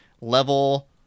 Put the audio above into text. level